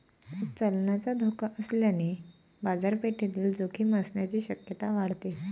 चलनाचा धोका असल्याने बाजारपेठेतील जोखीम असण्याची शक्यता वाढते